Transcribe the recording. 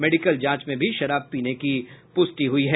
medical जांच में भी शराब पीने की पुष्टि हुई है